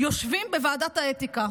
יושבים בוועדת האתיקה.